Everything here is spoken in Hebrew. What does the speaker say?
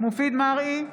מופיד מרעי,